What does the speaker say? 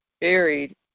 buried